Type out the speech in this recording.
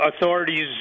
Authorities